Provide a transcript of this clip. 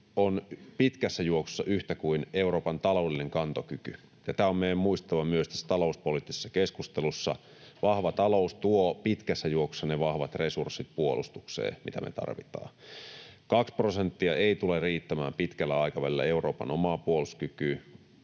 on pitkässä juoksussa yhtä kuin Euroopan taloudellinen kantokyky, ja tämä on meidän muistettava myös tässä talouspoliittisessa keskustelussa. Vahva talous tuo pitkässä juoksussa puolustukseen ne vahvat resurssit, mitä me tarvitaan. Kaksi prosenttia ei tule riittämään pitkällä aikavälillä Euroopan omaan puolustuskykyyn,